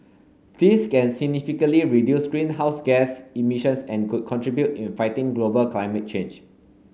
this can significantly reduce greenhouse gas emissions and could contribute in fighting global climate change